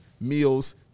meals